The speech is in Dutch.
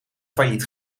failliet